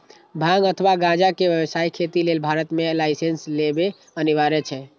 भांग अथवा गांजाक व्यावसायिक खेती लेल भारत मे लाइसेंस लेब अनिवार्य छै